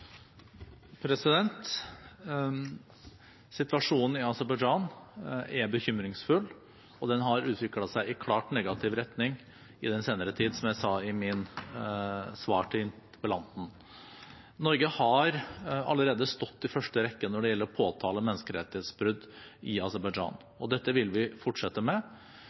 Situasjonen i Aserbajdsjan er bekymringsfull, og den har utviklet seg i klart negativ retning i den senere tid, som jeg sa i mitt svar til interpellanten. Norge har allerede stått i første rekke når det gjelder å påtale menneskerettighetsbrudd i Aserbajdsjan. Dette vil vi fortsette med,